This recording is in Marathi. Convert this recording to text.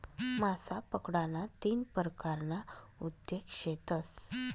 मासा पकडाना तीन परकारना उद्योग शेतस